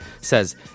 says